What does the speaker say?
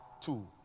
two